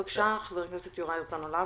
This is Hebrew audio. בבקשה, חבר הכנסת יוראי להב הרצנו.